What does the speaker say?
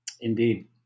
Indeed